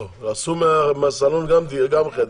עשו מהסלון גם חדר.